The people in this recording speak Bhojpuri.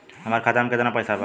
हमार खाता मे केतना पैसा बा?